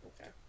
okay